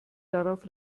darauf